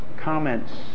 comments